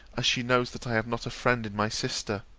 as she knows that i have not a friend in my sister.